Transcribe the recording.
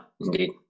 indeed